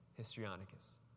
Histrionicus